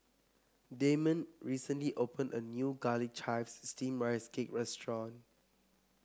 Dameon recently opened a new Garlic Chives Steamed Rice Cake restaurant